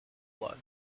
blood